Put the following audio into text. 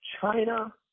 China